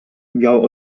miał